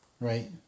Right